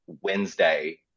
Wednesday